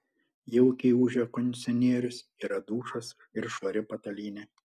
jaukiai ūžia kondicionierius yra dušas ir švari patalynė